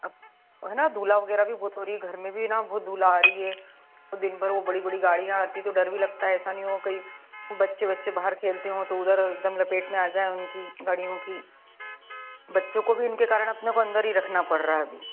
अब है ना धूल वगैरह भी बहुत हो रही है घर में भी ना बहुत धूल आ रही है ओ दिन भर वो बड़ी बड़ी गाड़ियाँ आती हैं तो डर भी लगता है ऐसा नहीं हो कई बच्चे वच्चे बाहर खेलते हों तो उधर एकदम लपेट में आ जाएँ उनकी गाड़ियों की बच्चों को भी उनके कारण अपने को अंदर ही रखना पड़ रहा है अभी